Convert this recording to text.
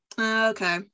Okay